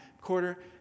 quarter